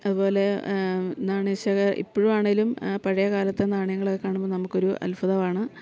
അതു പോലെ നാണയ ശേഖ ഇപ്പോഴും ആണെങ്കിലും പഴയ കാലത്തെ നാണയങ്ങളൊക്കെ കാണുമ്പോൾ നമുക്കൊരു അത്ഭുതമാണ്